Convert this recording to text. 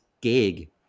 gig